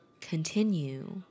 continue